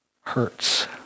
hurts